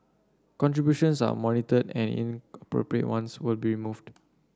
contributions are monitored and ones will be removed